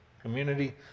community